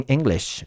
English